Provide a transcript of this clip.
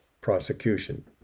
prosecution